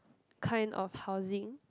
kind of housing